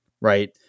right